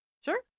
Sure